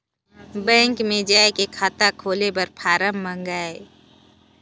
Bank मे जाय के खाता खोले बर फारम मंगाय?